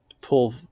pull